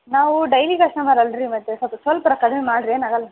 ನಾವೂ daily customer ಅಲ್ಲರಿ ಮತ್ತು ಸೊಪ್ಪು ಸ್ವಲ್ಪಾರ ಕಡ್ಮೆ ಮಾಡಿರಿ ಏನಾಗಲ್ಲ